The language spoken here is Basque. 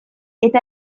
eta